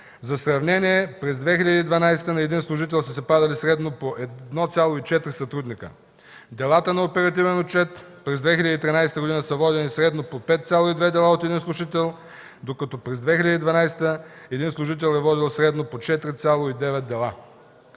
За сравнение през 2012 г. на един служител са се падали средно по 1,4 сътрудника. Делата на оперативен отчет през 2013 г. са водени средно по 5,2 дела от един служител, докато през 2012 г. един служител е водил средно по 4,9 дела.